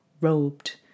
robed